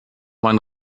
mein